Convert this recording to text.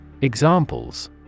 Examples